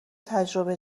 تجربه